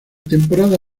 temporada